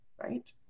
Right